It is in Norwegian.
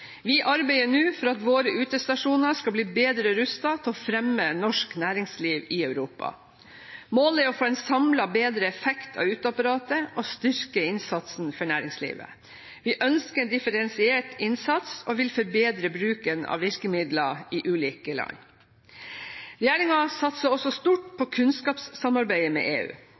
Vi arbeider nå for at våre utestasjoner skal bli bedre rustet til å fremme norsk næringsliv i Europa. Målet er å få en samlet bedre effekt av uteapparatet og styrke innsatsen for næringslivet. Vi ønsker en differensiert innsats og vil forbedre bruken av virkemidler i ulike land. Regjeringen satser også stort på kunnskapssamarbeidet med EU.